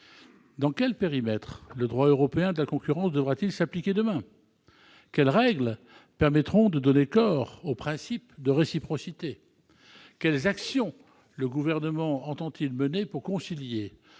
Dans quel périmètre le droit européen de la concurrence devra-t-il s'appliquer demain ? Quelles règles permettront de donner corps au principe de réciprocité ? Quelles actions le Gouvernement entend-il mener pour concilier,